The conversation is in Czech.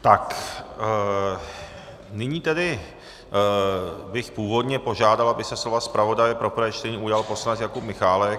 Tak, nyní tedy bych původně požádal, aby se slova zpravodaje pro prvé čtení ujal poslanec Jakub Michálek.